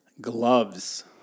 Gloves